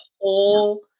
whole